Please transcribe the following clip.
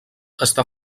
està